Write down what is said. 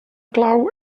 clau